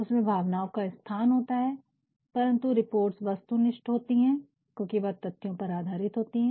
उसमें भावनाओं का स्थान होता है परंतु रिपोर्ट्स वस्तुनिष्ठ होती हैं क्योंकि वह तथ्यों पर आधारित होती हैं